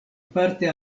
parte